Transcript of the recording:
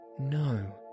no